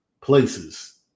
places